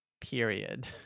period